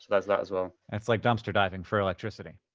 there's that as well. it's like dumpster diving for electricity.